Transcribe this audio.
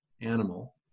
animal